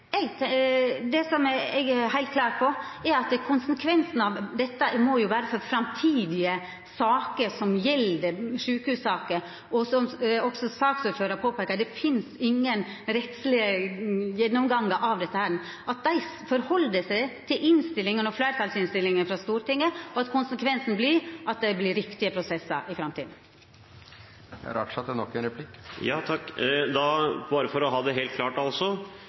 Det som eg er heilt klar på, er at dette må ha konsekvensar for framtidige sjukehussaker. Som også saksordføraren påpeiker, finst det ingen rettslege gjennomgangar av dette. Ein må halda seg til innstillingane og fleirtalsinnstillinga frå Stortinget, og konsekvensen vert at det vert riktige prosessar i framtida. Bare for å ha det helt klart: Altså